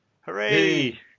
Hooray